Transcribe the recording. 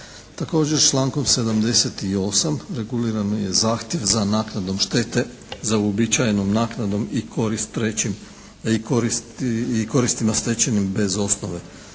Također s člankom 78. reguliran je zahtjev za naknadom štete, za uobičajenom naknadom i korist trećim, i